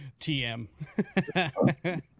tm